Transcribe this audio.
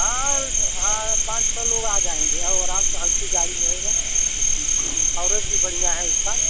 हाँ हाँ पाँच छः लोग आ जाएँगे औ आराम से हल्की गाड़ी रहेगी कवरेज भी बढ़िया है उसका